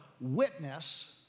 witness